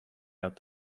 out